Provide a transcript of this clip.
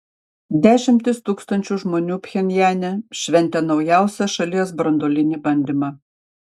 dešimtys tūkstančių žmonių pchenjane šventė naujausią šalies branduolinį bandymą